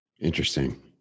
Interesting